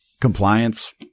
compliance